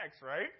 right